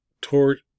tort